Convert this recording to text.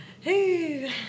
Hey